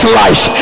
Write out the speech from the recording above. life